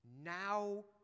Now